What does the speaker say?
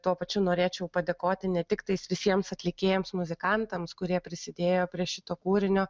tuo pačiu norėčiau padėkoti ne tik tais visiems atlikėjams muzikantams kurie prisidėjo prie šito kūrinio